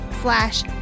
slash